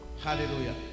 Hallelujah